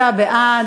26 בעד.